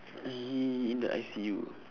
he in the I_C_U